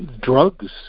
drugs